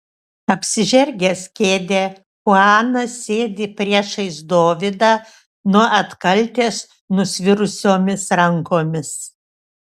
apsižergęs kėdę chuanas sėdi priešais dovydą nuo atkaltės nusvirusiomis rankomis